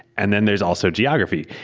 and then there's also geography.